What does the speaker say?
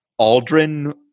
Aldrin